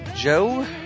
Joe